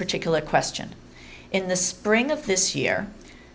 particular question in the spring of this year